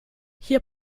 hier